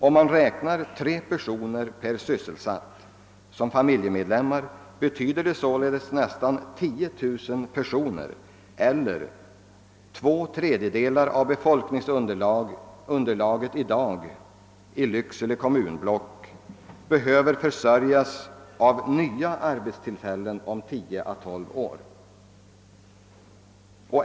Om man räknar med 3 familjemedlemmar per sysselsatt, kommer man fram till att nästan 10 000 personer, eller två tredjedelar av det nuvarande befolkningsunderlaget i Lycksele kommunblock, behöver försörjas genom nya arbetstillfällen om 10 å 12 år.